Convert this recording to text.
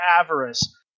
avarice